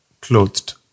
clothed